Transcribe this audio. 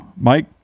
Mike